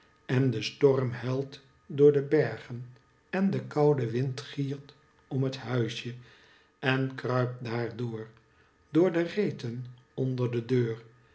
en de storm huilt door de bergen en de koude wind giert om het huisje en kruipt daar door door de reten onder de deur